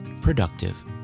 productive